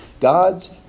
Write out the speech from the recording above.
God's